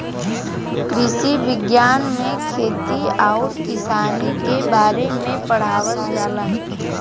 कृषि विज्ञान में खेती आउर किसानी के बारे में पढ़ावल जाला